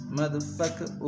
motherfucker